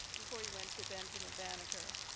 before he went to benjamin banneker.